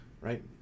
right